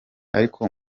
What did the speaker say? ariko